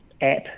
app